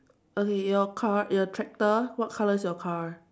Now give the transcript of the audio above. okay your car your tractor what color is your car